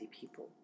people